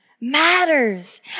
matters